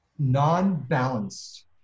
non-balanced